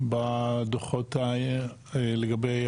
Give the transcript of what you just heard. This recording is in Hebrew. בדו"חות לגבי